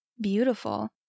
beautiful